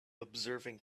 observing